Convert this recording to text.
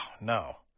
no